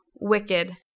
Wicked